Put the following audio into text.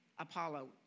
Apollo